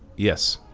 yes.